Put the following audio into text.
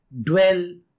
dwell